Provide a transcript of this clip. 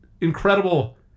incredible